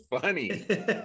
funny